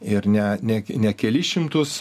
ir ne ne ne kelis šimtus